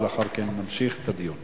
ולאחר מכן נמשיך את הדיון.